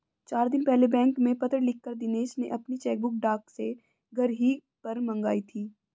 चार दिन पहले बैंक में पत्र लिखकर दिनेश ने अपनी चेकबुक डाक से घर ही पर मंगाई थी